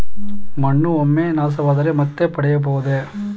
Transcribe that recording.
ಮಣ್ಣು ಒಮ್ಮೆ ನಾಶವಾದರೆ ಮತ್ತೆ ಪಡೆಯಬಹುದೇ?